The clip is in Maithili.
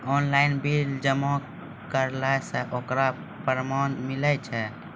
ऑनलाइन बिल जमा करला से ओकरौ परमान मिलै छै?